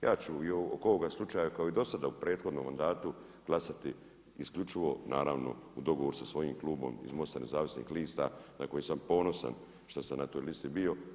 Ja ću i oko ovoga slučaja kao i do sada u prethodnom mandatu glasati isključivo naravno u dogovoru sa svojim klubom iz MOST-a Nezavisnih lista na koji sam ponosan šta sam na toj listi bio.